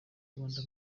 rwanda